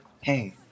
Hey